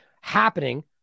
happening